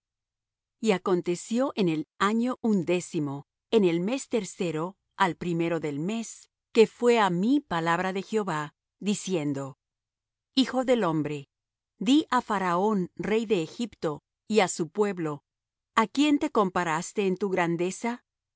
y acontecio en el año undécimo en el mes tercero al primero del mes que fué á mí palabra de jehová diciendo hijo del hombre di á faraón rey de egipto y á su pueblo a quién te comparaste en tu grandeza he